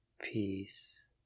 peace